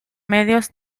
medios